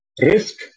risk